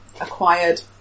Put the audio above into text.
acquired